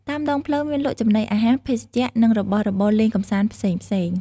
តាមដងផ្លូវមានលក់ចំណីអាហារ ភេសជ្ជៈ និងរបស់របរលេងកម្សាន្តផ្សេងៗ។